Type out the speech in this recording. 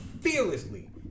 fearlessly